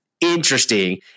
interesting